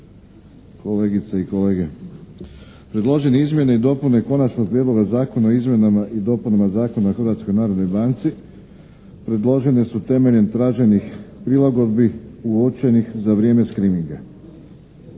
kolegice i kolege! Predložene izmjene i dopune Konačnog prijedloga zakona o izmjenama i dopunama Zakona o Hrvatskoj narodnoj banci predložene su temeljem traženih prilagodbi uočenih za vrijeme screeninga.